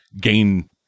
gain